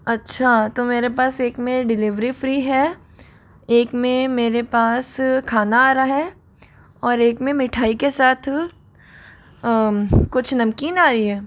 अच्छा तो मेरे पास एक में डिलिवरी फ़्री है एक में मेरे पास खाना आ रहा है और एक में मिठाई के साथ कुछ नमकीन आ रही है